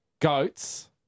goats